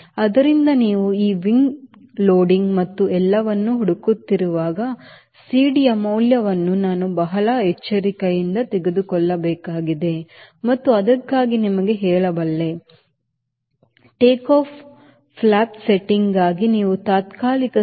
ಆದ್ದರಿಂದ ನೀವು ಈ ವಿಂಡ್ ಲೋಡಿಂಗ್ ಮತ್ತು ಎಲ್ಲವನ್ನೂ ಹುಡುಕುತ್ತಿರುವಾಗ ಸಿಡಿಯ ಮೌಲ್ಯವನ್ನು ನಾವು ಬಹಳ ಎಚ್ಚರಿಕೆಯಿಂದ ತೆಗೆದುಕೊಳ್ಳಬೇಕಾಗಿದೆ ಮತ್ತು ಅದಕ್ಕಾಗಿ ನಾನು ನಿಮಗೆ ಹೇಳಬಲ್ಲೆ ಟೇಕ್ಆಫ್ ಫ್ಲಾಪ್ ಸೆಟ್ಟಿಂಗ್ಗಾಗಿ ಇವು ತಾತ್ಕಾಲಿಕ ಸಂಖ್ಯೆ ಬಲ CD 0